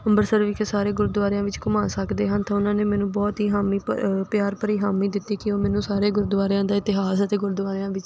ਅੰਮ੍ਰਿਤਸਰ ਵਿਖੇ ਸਾਰੇ ਗੁਰਦੁਆਰਿਆਂ ਵਿੱਚ ਘੁੰਮਾ ਸਕਦੇ ਹਨ ਤਾਂ ਉਹਨਾਂ ਨੇ ਮੈਨੂੰ ਬਹੁਤ ਹੀ ਹਾਮੀ ਭਰਿ ਪਿਆਰ ਭਰੀ ਹਾਮੀ ਦਿੱਤੀ ਕਿ ਉਹ ਮੈਨੂੰ ਸਾਰੇ ਗੁਰਦੁਆਰਿਆਂ ਦਾ ਇਤਿਹਾਸ ਅਤੇ ਗੁਰਦੁਆਰਿਆਂ ਵਿੱਚ